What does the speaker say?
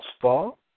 fall